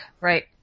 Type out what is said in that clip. Right